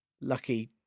lucky